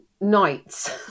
nights